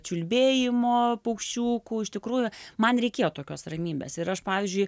čiulbėjimo paukščiukų iš tikrųjų man reikėjo tokios ramybės ir aš pavyzdžiui